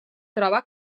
troba